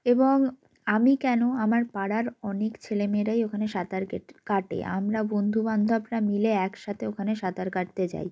এবং আমি কেন আমার পাড়ার অনেকে ছেলেমেয়েরাই ওখানে সাঁতার কাটে আমরা বন্ধুবান্ধরা মিলে একসাথে ওখানে সাঁতার কাটতে যাই